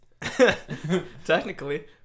technically